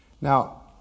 Now